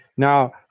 Now